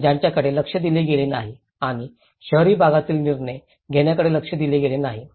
ज्याकडे लक्ष दिले गेले नाही आणि शहरी भागातील निर्णय घेण्याकडे लक्ष दिले गेले नाही